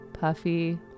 puffy